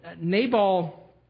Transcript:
Nabal